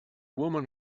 woman